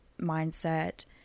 mindset